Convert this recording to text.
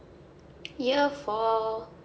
year four